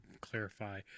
clarify